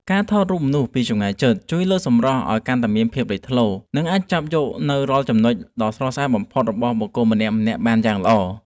ការថតរូបមនុស្សពីចម្ងាយជិតជួយលើកសម្រស់ឱ្យកាន់តែមានភាពលេចធ្លោ និង អាចចាប់យកនូវរាល់ចំណុចដ៏ស្រស់ស្អាតបំផុតរបស់បុគ្គលម្នាក់ៗបានយ៉ាងល្អ។